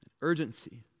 Urgency